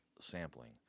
sampling